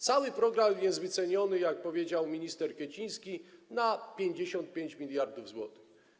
Cały program jest wyceniony, jak powiedział minister Kwieciński, na 55 mld zł.